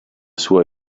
sua